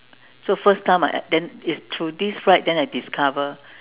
so first time I then it is through this ride then I discover